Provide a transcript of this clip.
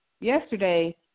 yesterday